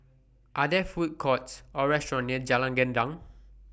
Are There Food Courts Or restaurants near Jalan Gendang